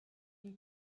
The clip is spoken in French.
une